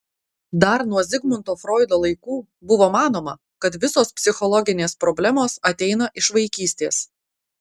dar nuo zigmundo froido laikų buvo manoma kad visos psichologinės problemos ateina iš vaikystės